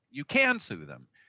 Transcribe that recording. you can sue them.